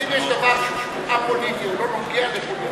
אז אם יש דבר שהוא א-פוליטי או לא נוגע לפוליטי,